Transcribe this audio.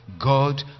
God